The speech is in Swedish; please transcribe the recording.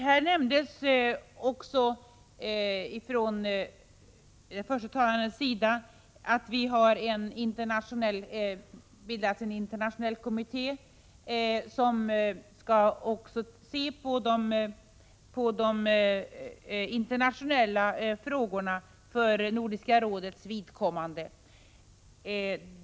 Den förste talaren i detta ärende nämnde också att vi har bildat en internationell kommitté, som skall bevaka de internationella frågorna för Nordiska rådets vidkommande.